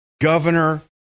governor